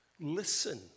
listen